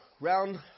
Round